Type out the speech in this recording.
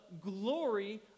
glory